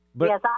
Yes